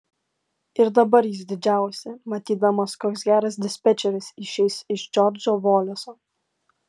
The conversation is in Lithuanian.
ir dabar jis didžiavosi matydamas koks geras dispečeris išeis iš džordžo voleso